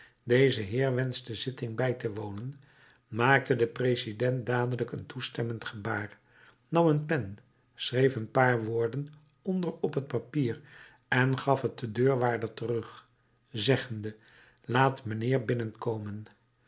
deze heer wenscht de zitting bij te wonen maakte de president dadelijk een toestemmend gebaar nam een pen schreef een paar woorden onder op het papier en gaf het den deurwaarder terug zeggende laat mijnheer binnenkomen